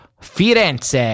Firenze